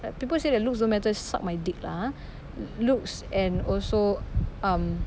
people say that looks don't matter suck my dick lah !huh! looks and also um